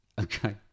Okay